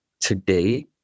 Today